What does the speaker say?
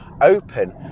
open